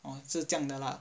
orh 是这样的 lah